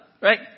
right